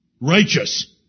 righteous